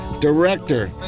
Director